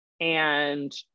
And-